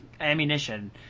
ammunition